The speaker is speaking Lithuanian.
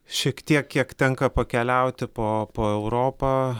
šiek tiek kiek tenka pakeliauti po po europą